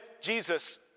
Jesus